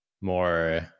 more